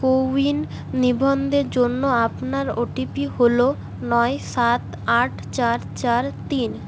CoWIN নিবন্ধের জন্য আপনার ও টি পি হলো নয় সাত আট চার চার তিন